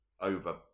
over